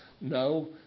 no